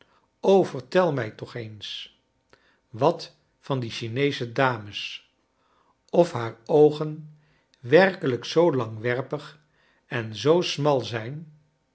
el mij toch een wat van die chineesche dames of haar oogen werkelijk zoo ian g we r pig en zoo smal zijn